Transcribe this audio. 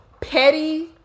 Petty